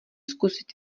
zkusit